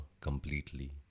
completely